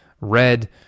red